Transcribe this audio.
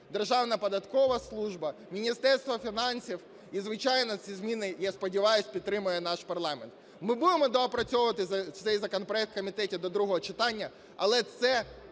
Державна податкова служба, Міністерство фінансів і, звичайно, ці зміни, я сподіваюсь, підтримає наш парламент. Ми будемо доопрацьовувати цей законопроект у комітеті до другого читання, але це